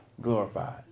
glorified